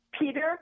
Peter